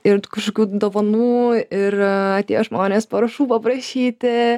ir tų kažkokių dovanų ir tie žmonės parašų paprašyti